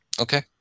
Okay